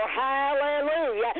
Hallelujah